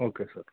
okay sir